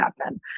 happen